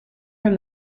from